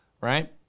right